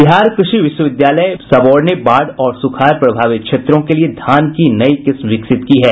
बिहार कृषि विश्वविद्यालय सबौर ने बाढ़ और सुखाड़ प्रभावित क्षेत्रों के लिए धान की नई किस्म विकसित की है